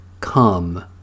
Come